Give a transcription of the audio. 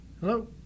hello